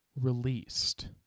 released